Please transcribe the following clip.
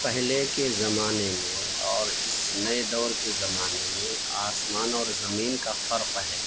پہلے کے زمانے میں اور اس نئے دور کے زمانے میں آسمان اور زمین کا فرق ہے